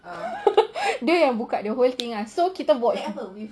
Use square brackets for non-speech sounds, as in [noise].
[laughs] dia yang buka the whole thing ah so kita buat